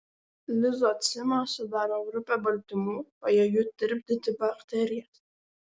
lizocimą sudaro grupė baltymų pajėgių tirpdyti bakterijas